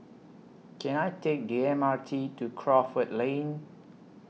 Can I Take The M R T to Crawford Lane